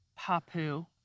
Papu